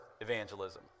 evangelism